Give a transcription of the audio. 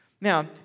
Now